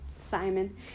Simon